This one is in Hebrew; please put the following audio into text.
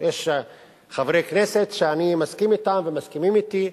יש חברי כנסת שאני מסכים אתם, והם מסכימים אתי.